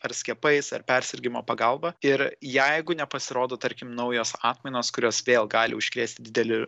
ar skiepais ar persirgimo pagalba ir jeigu nepasirodo tarkim naujos atmainos kurios vėl gali užkrėsti didelį